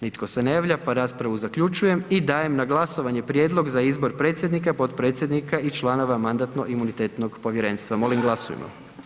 Nitko se ne javlja, pa raspravu zaključujem i dajem na glasovanje prijedlog za izbor predsjednika, potpredsjednika i članova Mandatno-imunitetnog povjerenstva, molim glasujmo.